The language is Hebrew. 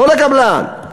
לא לקבלן.